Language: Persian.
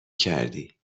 کردی